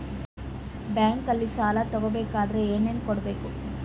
ಬ್ಯಾಂಕಲ್ಲಿ ಸಾಲ ತಗೋ ಬೇಕಾದರೆ ಏನೇನು ಕೊಡಬೇಕು?